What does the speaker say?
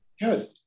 good